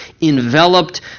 enveloped